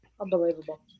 unbelievable